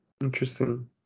interesting